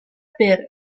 per